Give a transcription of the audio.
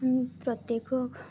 ହୁଁ ପ୍ରତ୍ୟେକ